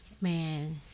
Man